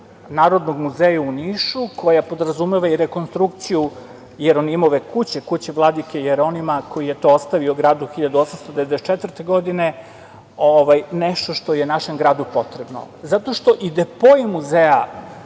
Narodnog muzeja u Nišu, koja podrazumeva i rekonstrukciju kuće vladike Jeronima koji je to ostavio gradu 1894. godine, nešto što je našem gradu potrebno. Zato što i depoi muzeja,